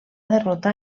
derrotar